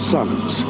Sons